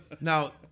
now